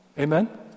Amen